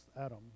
Adam